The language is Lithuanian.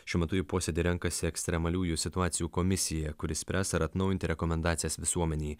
šiuo metu į posėdį renkasi ekstremaliųjų situacijų komisija kuri spręs ar atnaujinti rekomendacijas visuomenei